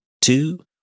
two